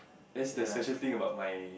that's the session thing about my